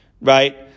right